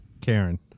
Karen